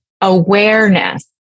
awareness